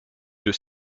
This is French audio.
deux